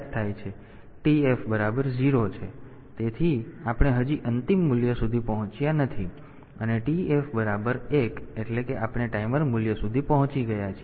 તેથી TF બરાબર 0 છે તેથી આપણે હજી અંતિમ મૂલ્ય સુધી પહોંચ્યા નથી અને TF બરાબર 1 એટલે કે આપણે ટાઈમર મૂલ્ય સુધી પહોંચી ગયા છીએ